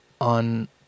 on